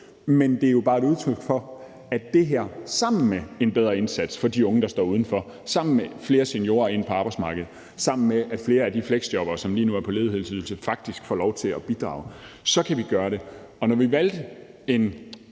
men det er bare et udtryk for, at vi med det her sammen med en bedre indsats for de unge, der står udenfor, sammen med flere seniorer på arbejdsmarkedet, sammen med at flere de fleksjobbere, som lige nu er på ledighedsydelse, faktisk får lov til at bidrage, kan gøre det. Når vi valgte en